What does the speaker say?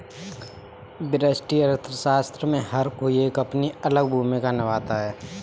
व्यष्टि अर्थशास्त्र में हर कोई एक अपनी अलग भूमिका निभाता है